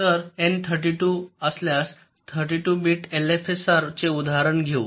तर एन 32 असल्यास 32 बिट्स एलएफएसआरचे उदाहरण घेऊ